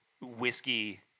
whiskey